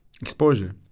exposure